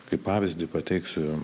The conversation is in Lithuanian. kaip pavyzdį pateiksiu